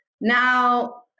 Now